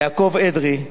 יעקב אדרי,